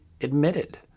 admitted